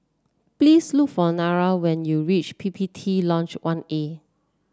please look for Nira when you reach P P T Lodge One A